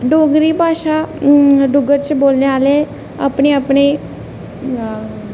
डोगरी भाशा डुग्गर च बोलने आह्ले अपने अपने